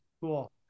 Cool